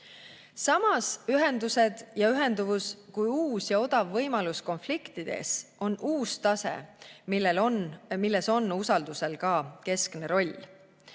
roll. Samas, ühendused ja ühenduvus kui uus ja odav võimalus konfliktides on uus tase, milles on usaldusel ka keskne roll.